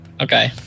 Okay